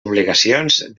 obligacions